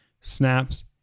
snaps